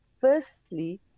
firstly